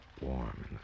warm